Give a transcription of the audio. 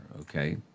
Okay